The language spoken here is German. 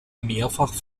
mehrfach